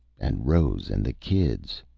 and rose and the kids.